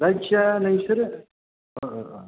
जायखिया नोंसोरो